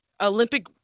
Olympic